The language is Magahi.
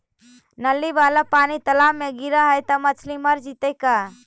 नली वाला पानी तालाव मे गिरे है त मछली मर जितै का?